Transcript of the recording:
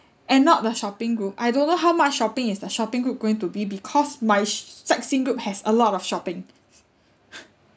and not the shopping group I don't know how much shopping is the shopping group going to be because my sightseeing group has a lot of shopping